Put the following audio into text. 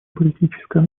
политическая